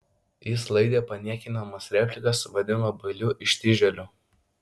jis laidė paniekinamas replikas vadino bailiu ištižėliu